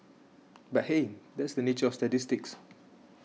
but hey that's the nature of statistics